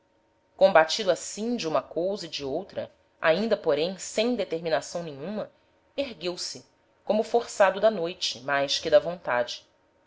combatido assim de uma cousa e de outra ainda porém sem determinação nenhuma ergueu-se como forçado da noite mais que da vontade